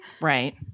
Right